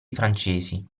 francesi